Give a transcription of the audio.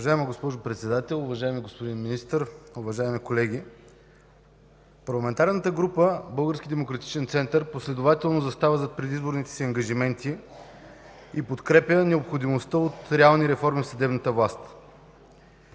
Уважаема госпожо Председател, уважаеми господин Министър, уважаеми колеги! Парламентарната група на Български демократичен център последователно застава зад предизборните си ангажименти и подкрепя необходимостта от реални реформи в съдебната власт.